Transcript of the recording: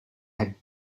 had